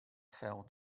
fell